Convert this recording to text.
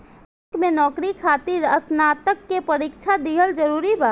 Bank में नौकरी खातिर स्नातक के परीक्षा दिहल जरूरी बा?